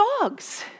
dogs